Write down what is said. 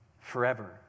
forever